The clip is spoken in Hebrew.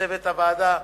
לצוות הוועדה,